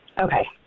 Okay